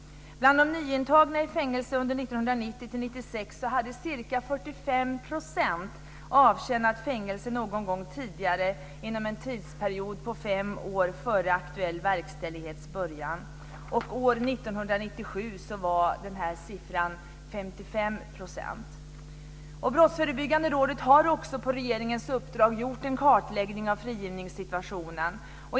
Bland de nyintagna i fängelse under 1990-1996 hade ca 45 % avtjänat fängelsestraff någon gång tidigare inom en tidsperiod på fem år före aktuell verkställighets början. År 1997 var den siffran 55 %. Brottsförebyggande rådet har också på regeringens uppdrag gjort en kartläggning av frigivningssituationen.